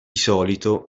solito